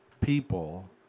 people